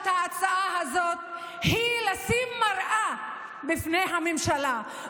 ההצעה הזאת היא לשים מראה בפני הממשלה,